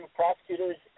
prosecutors